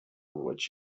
what